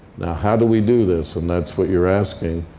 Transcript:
now how do we do this? and that's what you're asking.